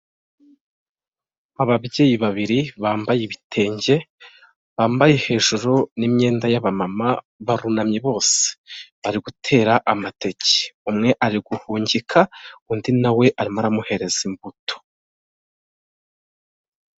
Ababyeyi babiri bambaye ibitenge, bambaye hejuru n'imyenda y'abamama barunamye bose. Bari gutera amateke. Umwe ari guhungika, undi nawe arimo aramuhereza imbuto.